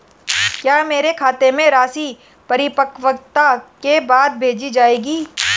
क्या मेरे खाते में राशि परिपक्वता के बाद भेजी जाएगी?